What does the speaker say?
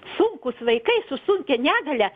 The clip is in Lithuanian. sunkūs vaikai su sunkia negalia